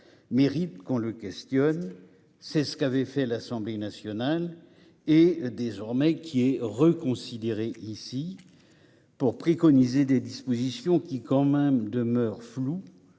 mérite qu'on le questionne. C'est ce qu'avait fait l'Assemblée nationale, dont le travail a été reconsidéré ici pour préconiser des dispositions qui demeurent floues-